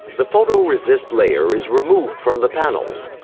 the photoresist layer is removed from the panels,